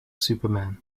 superman